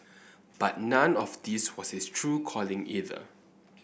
but none of this was his true calling either